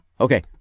okay